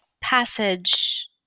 passage